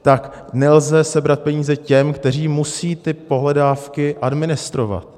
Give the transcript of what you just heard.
Tak nelze sebrat peníze těm, kteří musí ty pohledávky administrovat.